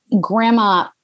grandma